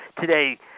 today